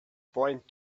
point